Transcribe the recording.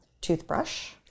toothbrush